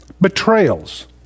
betrayals